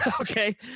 Okay